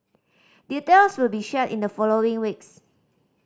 details will be shared in the following weeks